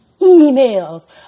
emails